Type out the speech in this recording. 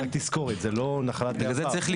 לימור סון הר מלך (עוצמה יהודית): עאידה,